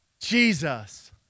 Jesus